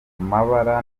amabara